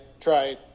try